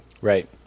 Right